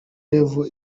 level